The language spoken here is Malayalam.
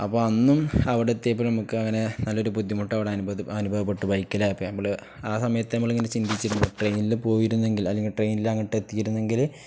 അപ്പൊന്നും അവിടെ എത്തിയപ്പോ നമുക്ക് അങ്ങനെ നൊരു ബുദ്ധിമുട്ട അവിടെ അനുഭ അനുഭവപ്പെട്ട് ബൈക്കില ആയ നമ്മള് ആ സമയത്ത് നമ്മളിങ്ങനെ ചിന്തിിട്ട ട്രെനില് പോയിരുന്നെങ്കില് അല്ലെങ്കി ട്രെയിനില് അങ്ങട്ട എത്തിയിരുന്നെങ്കില്